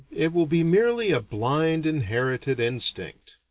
it will be merely a blind inherited instinct.